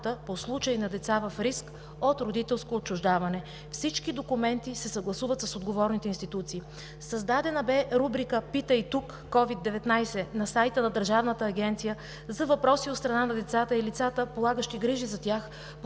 по случаи на деца в риск от родителско отчуждаване. Всички документи се съгласуват с отговорните институции. Създадена беше рубрика: „Питай тук COVID-19“ на сайта на Държавната агенция за въпроси от страната на децата и на лицата, полагащи грижи за тях,